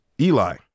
Eli